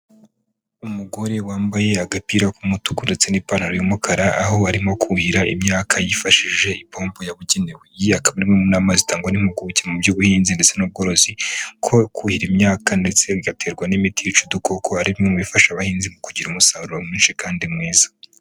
Umugore wambaye agapira k'umutuku ndetse n'ipantaro y'umukara. Aho arimo kuhira imyaka yifashishije ipombo yabugenewe. Iyi ikaba ari imwe mu nama zitangwa n'impupuguke mu by'ubuhinzi, ndetse n'ubworozi, ko kuhira imyaka ndetse igaterwa n'imiti yica udukoko, ari bimwe bifasha abahinzi mu kugira umusaruro mwinshi kandi mwiza.